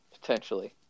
potentially